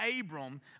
Abram